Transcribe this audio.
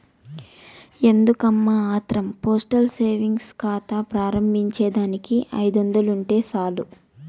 ఎందుకమ్మా ఆత్రం postal savings కాతా ప్రారంబించేదానికి ఐదొందలుంటే సాలు